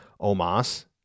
Omas